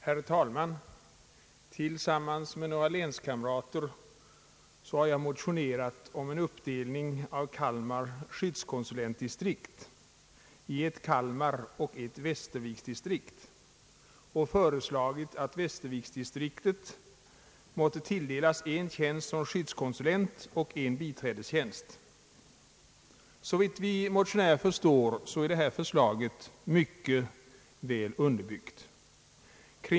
Herr talman! Tillsammans med några länskamrater har jag motionerat om en uppdelning av Kalmar skyddskonsulentdistrikt i ett Kalmaroch ett Västerviksdistrikt och föreslagit att Västerviksdistriktet måtte tilldelas en skyddskonsulenttjänst och en biträdestjänst. Såvitt vi motionärer förstår är vårt förslag mycket väl underbyggt.